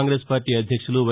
Congress party అధ్యక్షులు why